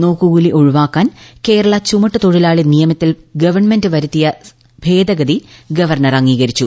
നോക്കുകൂലി ഒഴിവാക്കാൻ കേരള ചുമട്ടുതൊഴിലാളി നിയമത്തിൽ ഗവൺമെന്റ് വരുത്തിയ്ക്ക് ഭേദഗതി ഗവർണർ അംഗീകരിച്ചു